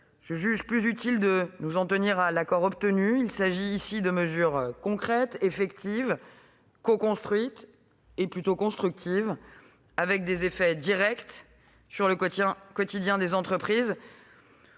je juge plus utile que nous nous en tenions à l'accord obtenu : il s'agit de mesures concrètes, effectives, coconstruites et plutôt constructives, aux effets directs sur le quotidien des entreprises.